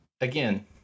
again